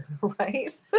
Right